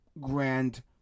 grand